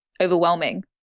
overwhelming